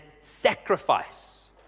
sacrifice